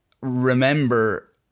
remember